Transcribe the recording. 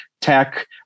tech